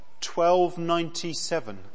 1297